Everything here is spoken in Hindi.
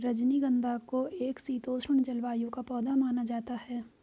रजनीगंधा को एक शीतोष्ण जलवायु का पौधा माना जाता है